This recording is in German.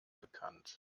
bekannt